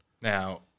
Now